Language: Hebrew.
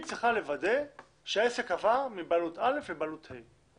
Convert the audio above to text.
היא צריכה לוודא שהעסק עבר מבעלות א' לבעלות ב'.